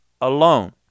alone